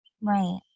right